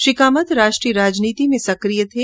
श्री कामत राष्ट्रीय राजनीति में सक्रिय थे